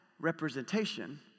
representation